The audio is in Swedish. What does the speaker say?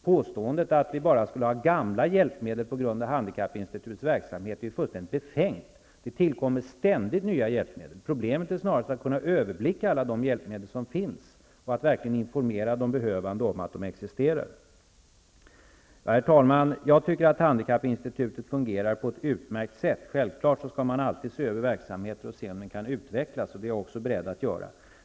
Påståendet att vi bara skulle ha gamla hjälpmedel på grund av handikappinsititutets verksamhet är fullkomligt befängd. Det tillkommer ständigt nya hjälpmedel. Problemet är snarast att kunna överblicka alla de hjälpmedel som finns och att verkligen informera de behövande om att hjälpmedlen existerar. Herr talman! Jag tycker att handikappinstitutet fungerar på ett utmärkt sätt. Självfallet skall man alltid se över verksamheter och se om de kan utvecklas. Det är jag också beredd att göra.